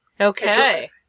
Okay